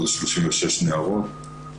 עוד 36 נערות.